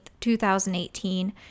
2018